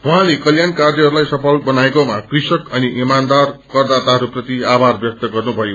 उहाँले कल्याण कार्यहरूलाई सफल बनाएकोमा कृषक अनि इमान्दार करदाताहस्प्रति आभार व्यक्त गर्नुथयो